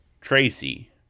Tracy